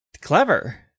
Clever